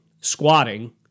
squatting